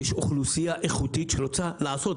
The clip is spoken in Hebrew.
יש אוכלוסייה איכותית שרוצה לעשות,